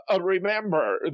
remember